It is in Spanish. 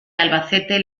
albacete